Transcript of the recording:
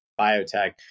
biotech